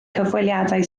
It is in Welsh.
cyfweliadau